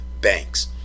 banks